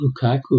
Lukaku